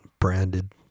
branded